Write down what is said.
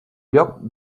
lloc